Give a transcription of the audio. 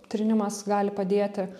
trynimas gali padėti